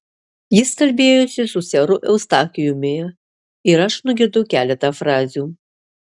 jis kalbėjosi su seru eustachijumi ir aš nugirdau keletą frazių